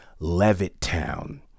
Levittown